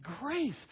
grace